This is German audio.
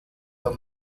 der